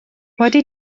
wedi